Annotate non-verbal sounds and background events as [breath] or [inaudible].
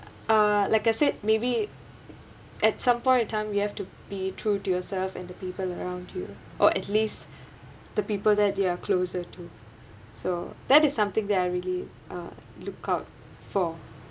uh like I said maybe at some point of time you have to be true to yourself and the people around you or at least [breath] the people that you're closer to so that is something that I really uh look out for